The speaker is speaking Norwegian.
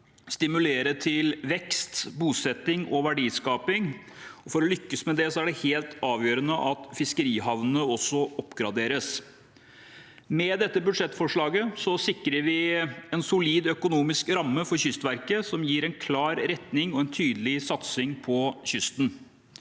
stimulere til vekst, bosetning og verdiskaping. For å lykkes med det er det helt avgjørende at fiskerihavnene oppgraderes. Med dette budsjettforslaget sikrer vi en solid økonomisk ramme for Kystverket, som gir en klar retning og en tydelig satsing på kysten.